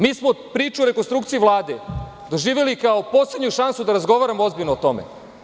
Mi smo priču o rekonstrukciji Vlade doživeli kao poslednju šansu da razgovaramo ozbiljno o tome.